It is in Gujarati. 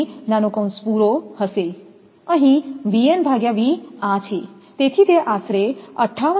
આ છે તેથી તે આશરે 58